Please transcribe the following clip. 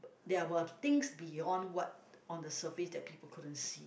there were things beyond what on the surface that people couldn't see